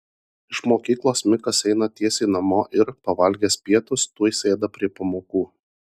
iš mokyklos mikas eina tiesiai namo ir pavalgęs pietus tuoj sėda prie pamokų